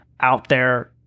out-there